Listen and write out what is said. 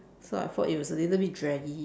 so I thought it was a little bit draggy